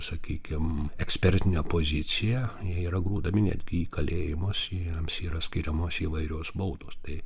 sakykim ekspertinę poziciją jie yra grūdami netgi į kalėjimus jiems yra skiriamos įvairios baudos tai